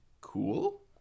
cool